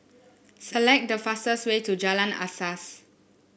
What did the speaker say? select the fastest way to Jalan Asas